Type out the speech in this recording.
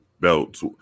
belts